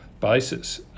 basis